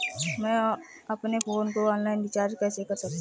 मैं अपने फोन को ऑनलाइन रीचार्ज कैसे कर सकता हूं?